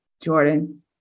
Jordan